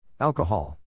Alcohol